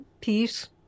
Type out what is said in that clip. peace